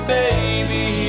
baby